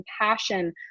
compassion